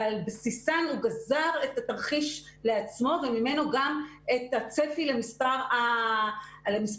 ועל בסיסן הוא גזר את התרחיש לעצמו וממנו גם את הצפי למספר הנדבקים,